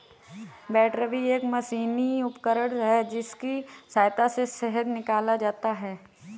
बैटरबी एक मशीनी उपकरण है जिसकी सहायता से शहद निकाला जाता है